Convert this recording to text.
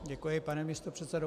Děkuji, pane místopředsedo.